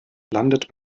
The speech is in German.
landet